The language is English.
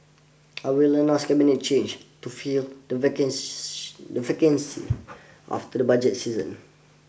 I will announce Cabinet changes to fill the vacant the vacancies after the budget season